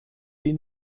die